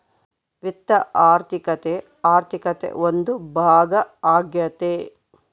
ವಿತ್ತ ಆರ್ಥಿಕತೆ ಆರ್ಥಿಕತೆ ಒಂದು ಭಾಗ ಆಗ್ಯತೆ